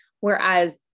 whereas